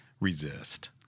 resist